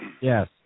Yes